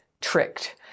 tricked